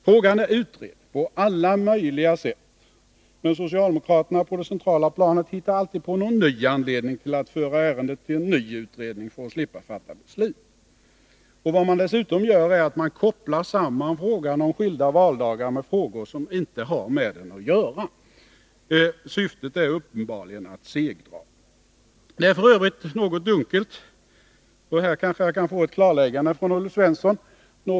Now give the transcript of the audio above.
Frågan är utredd på alla möjliga sätt, men socialdemokraterna på det centrala planet hittar alltid på någon ny anledning till att föra över ärendet till en ny utredning för att slippa fatta beslut. Vad man dessutom gör är att man kopplar samman frågan om skilda valdagar med frågor som inte har med den att göra. Syftet är uppenbarligen att segdra. Det är f.ö. något dunkelt vad som mera i detalj är den centrala socialdemokratiska ståndpunkten.